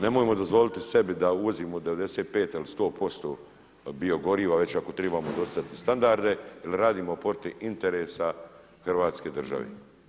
Nemojmo dozvoliti sebi da uvozimo 95 ili 100% biogoriva već ako trebamo dosezati standarde jer radimo protiv interesa Hrvatske države.